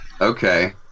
Okay